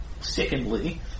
Secondly